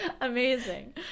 Amazing